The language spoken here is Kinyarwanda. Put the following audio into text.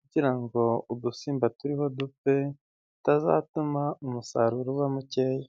kugira ngo udusimba turiho dupfe tutazatuma umusaruro uba mukeya.